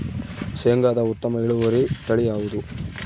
ಶೇಂಗಾದ ಉತ್ತಮ ಇಳುವರಿ ತಳಿ ಯಾವುದು?